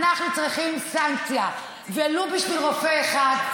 אנחנו צריכים סנקציה, ולו בשביל רופא אחד.